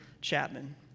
Chapman